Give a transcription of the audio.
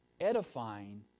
edifying